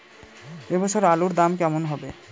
এ বছর আলুর দাম কেমন হবে?